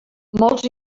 molts